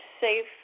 safe